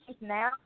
now